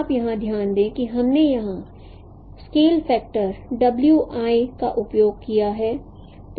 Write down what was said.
आप यहाँ ध्यान दें कि हमने यहाँ स्केल फैक्टर का उपयोग किया है